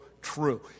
true